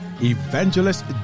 Evangelist